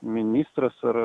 ministras ar